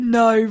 no